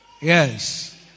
Yes